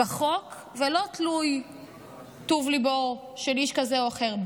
בחוק ולא באופן שתלוי בטוב ליבו של איש כזה או אחר,